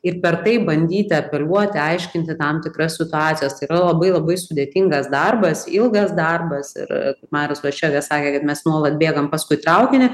ir per tai bandyti apeliuoti aiškinti tam tikras situacijas tai yra labai labai sudėtingas darbas ilgas darbas ir marius vaščega sakė kad mes nuolat bėgam paskui traukinį